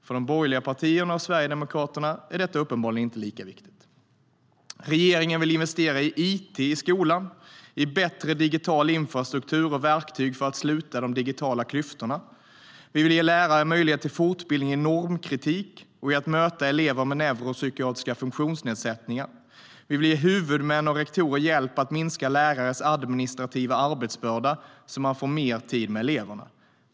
För de borgerliga partierna och Sverigedemokraterna är detta uppenbarligen inte lika viktigt. STYLEREF Kantrubrik \* MERGEFORMAT Utbildning och universitetsforskningVi vill ge huvudmän och rektorer hjälp att minska lärares administrativa arbetsbörda så att de får mer tid med eleverna.